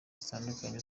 zitandukanye